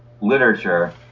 literature